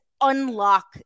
unlock